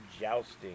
jousting